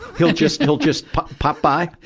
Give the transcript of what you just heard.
he'll just, he'll just pop, pop by?